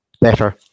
better